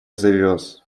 завез